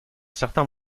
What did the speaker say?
certain